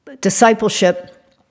discipleship